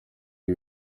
ibi